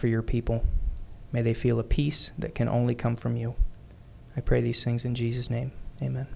for your people may they feel a peace that can only come from you i pray these things in jesus name a